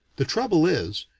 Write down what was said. the trouble is,